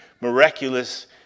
miraculous